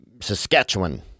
Saskatchewan